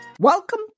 Welcome